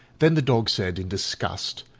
then the dog said in disgust,